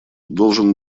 должен